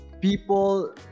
people